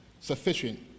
Sufficient